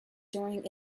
during